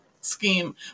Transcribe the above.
scheme